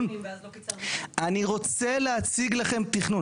אני רוצה להציג לכם תכנון.